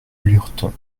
lurton